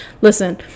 listen